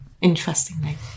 interestingly